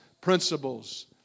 principles